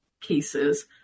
cases